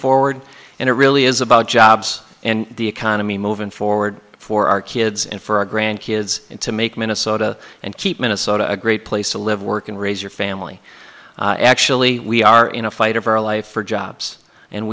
forward and it really is about jobs and the economy moving forward for our kids and for our grandkids to make minnesota and keep minnesota a great place to live work and raise your family actually we are in a fight of our life for jobs and